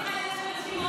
מיכאל, יש אנשים,